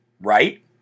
right